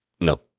No